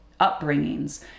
upbringings